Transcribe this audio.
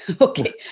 okay